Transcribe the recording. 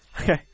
Okay